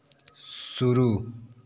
शुरू